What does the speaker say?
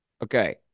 Okay